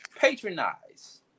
patronize